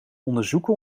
onderzoeken